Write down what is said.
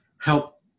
help